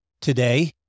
today